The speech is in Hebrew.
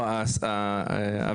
אז אספר,